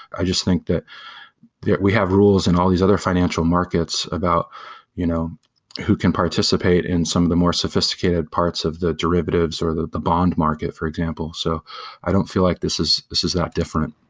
i just think that that we have rules in all these other financial markets about you know who can participate in some of the more sophisticated parts of the derivatives or the the bond market, for example. so i don't feel like this is this is that different.